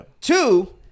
Two